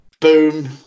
Boom